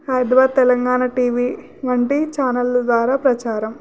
Hyderabad Telangana TV వంటి ఛానళ్ళ ద్వారా ప్రచారం